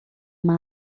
uma